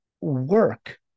work